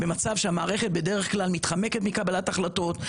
ממצב שהמערכת בדרך כלל מתחמקת מקבלת החלטות,